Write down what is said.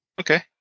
Okay